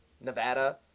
Nevada